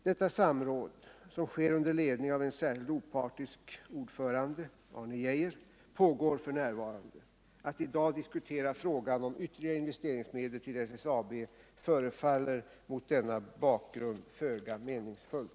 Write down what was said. Detta samråd, som sker under ledning av en särskild opartisk ordförande — Arne Geijer — pågår f. n. Att i dag diskutera frågan om ytterligare investeringsmedel till SSAB förefaller mot denna bakgrund föga meningsfullt.